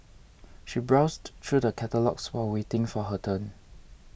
she browsed through the catalogues while waiting for her turn